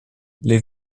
les